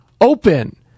open